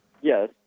Yes